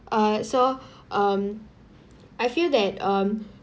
uh so um I feel that um